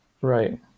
Right